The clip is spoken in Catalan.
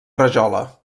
rajola